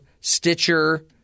Stitcher